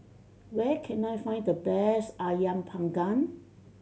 where can I find the best Ayam Panggang